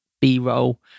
b-roll